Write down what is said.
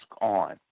on